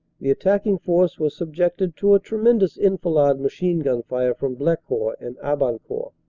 the attacking force was subjected to a tremendous enfilade machine-gun fire from blecourt and abancourt.